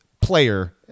player